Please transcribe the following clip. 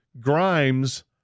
Grimes